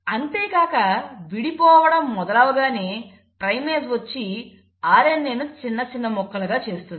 అంతేకాక విడిపోవడం మొదలవగానే ప్రైమేస్ వచ్చి RNA ను చిన్న చిన్న ముక్కలుగా చేస్తుంది